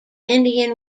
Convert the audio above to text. indian